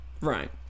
Right